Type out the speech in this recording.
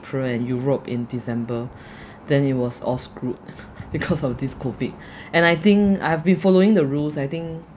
april and europe in december then it was all screwed because of this COVID and I think I've been following the rules I think